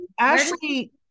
ashley